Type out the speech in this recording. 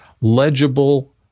legible